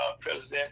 president